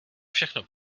všechno